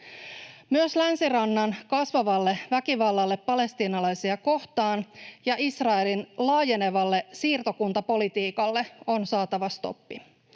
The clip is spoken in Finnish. Myös Länsirannan kasvavalle väkivallalle palestiinalaisia kohtaan ja Israelin laajenevalle siirtokuntapolitiikalle on saatava stoppi.